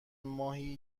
ماهی